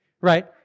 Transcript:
right